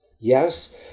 Yes